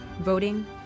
voting